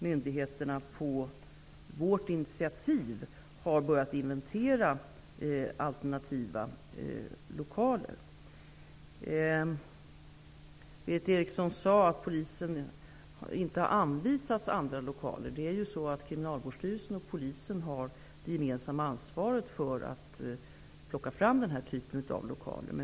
Myndigheterna har på vårt initiativ börjat inventera alternativa lokaler. Berith Eriksson sade att polisen inte har anvisats andra lokaler. Kriminalvårdsstyrelsen och Polisen har det gemensamma ansvaret för att plocka fram den här typen av lokaler.